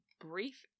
brief